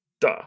Duh